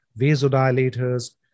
vasodilators